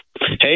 Hey